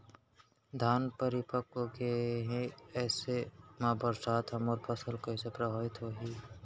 धान परिपक्व गेहे ऐसे म बरसात ह मोर फसल कइसे प्रभावित होही?